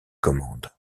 commande